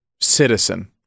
citizen